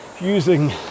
using